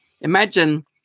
Imagine